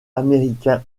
américain